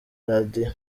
radio